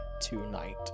tonight